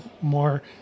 more